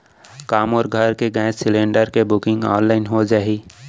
का मोर घर के गैस सिलेंडर के बुकिंग ऑनलाइन हो जाही?